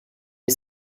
est